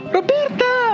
Roberta